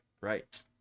right